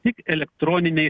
tik elektroniniai